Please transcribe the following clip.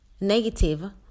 negative